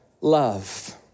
love